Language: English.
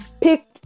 pick